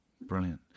Brilliant